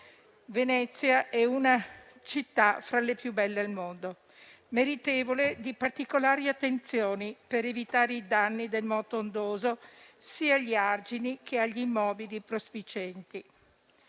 Venezia è una città fra le più belle al mondo, meritevole di particolari attenzioni per evitare i danni del moto ondoso, sia agli argini che agli immobili prospicienti.